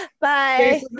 Bye